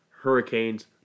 Hurricanes